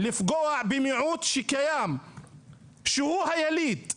לפגוע במיעוט שקיים שהוא היליד,